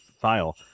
file